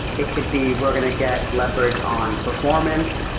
it could be were' going to get leverage on performance.